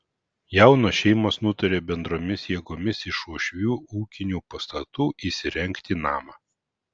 jaunos šeimos nutarė bendromis jėgomis iš uošvių ūkinių pastatų įsirengti namą